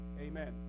amen